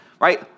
right